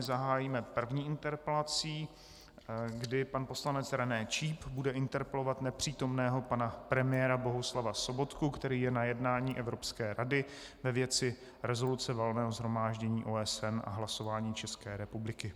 Zahájíme první interpelací, kdy pan poslanec René Číp bude interpelovat nepřítomného pana premiéra Bohuslava Sobotku, který je na jednání Evropské rady ve věci rezoluce Valného shromáždění OSN a hlasování České republiky.